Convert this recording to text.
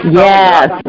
yes